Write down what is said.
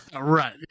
right